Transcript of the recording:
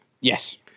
Yes